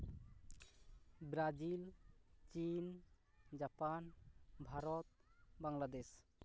Brazil ᱪᱤᱱ Japan Bharat Bangladesh